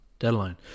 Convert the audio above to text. Deadline